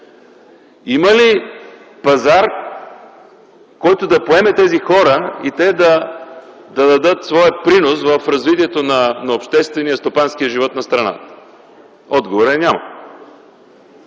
Има ли пазар, който да поеме тези хора и те да дадат своя принос в развитието на обществения, стопанския живот на страната? Отговорът е – няма.